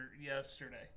yesterday